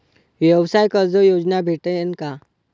व्यवसाय कर्ज योजना भेटेन का?